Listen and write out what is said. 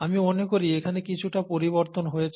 আমি মনে করি এখানে কিছুটা পরিবর্তন হয়েছে